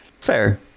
Fair